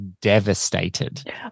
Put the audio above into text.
devastated